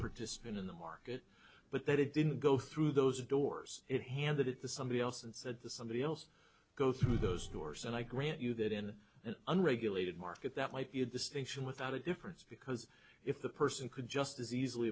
participant in the market but that it didn't go through those doors it handed it to somebody else and said to somebody else go through those doors and i grant you that in an unregulated market that might be a distinction without a difference because if the person could just as easily